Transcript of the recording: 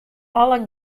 alle